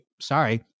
sorry